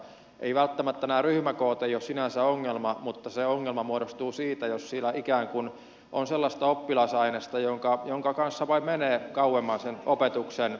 eivät välttämättä nämä ryhmäkoot ole sinänsä ongelma mutta se ongelma muodostuu siitä jos siellä ikään kuin on sellaista oppilasainesta jonka kanssa vain menee kauemmin siihen opetukseen